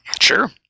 Sure